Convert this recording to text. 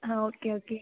ആ okay okay